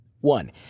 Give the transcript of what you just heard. One